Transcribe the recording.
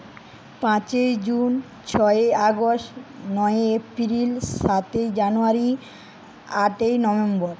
পাঁচই জুন ছয়ই আগস্ট নয়ই এপ্রিল সাতই জানুয়ারি আটই নভেম্বর